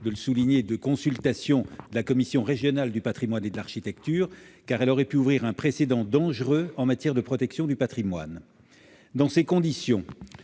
dispense de consultation de la commission régionale du patrimoine et de l'architecture, la CRPA, car elle aurait pu créer un précédent dangereux en matière de protection du patrimoine. Dans ces conditions,